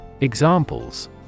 Examples